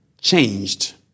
changed